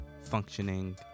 functioning